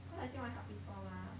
cause I still want to help people mah